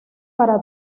para